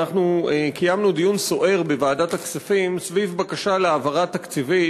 קיימנו דיון סוער בוועדת הכספים סביב בקשה להעברה תקציבית,